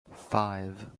five